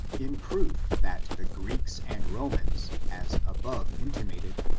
in proof that the greeks and romans, as above in timated,